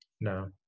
No